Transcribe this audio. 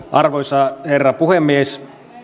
arvoisa herra puhemies